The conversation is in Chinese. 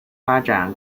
发展